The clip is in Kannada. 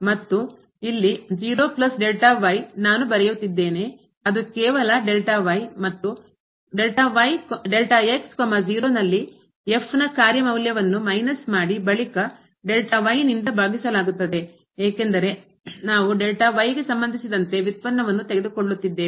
ಮತ್ತು ಇಲ್ಲಿ ನಾನು ಬರೆಯುತ್ತಿದ್ದೇನೆ ಅದು ಕೇವಲ ಮತ್ತು ನಲ್ಲಿ ನ ಕಾರ್ಯ ಮೌಲ್ಯವನ್ನು ಮೈನಸ್ ಮಾಡಿ ಬಳಿಕ ಭಾಗಿಸಲಾಗುತ್ತದೆ ಏಕೆಂದರೆ ನಾವು ಗೆ ಸಂಬಂಧಿಸಿದಂತೆ ವ್ಯುತ್ಪನ್ನವನ್ನು ತೆಗೆದುಕೊಳ್ಳುತ್ತಿದ್ದೇವೆ